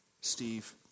Steve